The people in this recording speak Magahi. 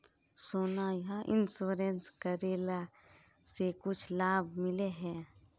सोना यह इंश्योरेंस करेला से कुछ लाभ मिले है?